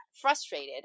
frustrated